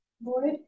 board